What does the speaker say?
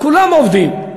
כולם עובדים.